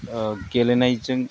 गेलेनायजों